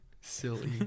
Silly